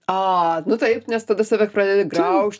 a nu taip nes tada save pradedi graužt